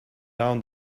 down